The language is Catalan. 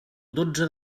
dotze